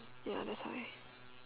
ya that's why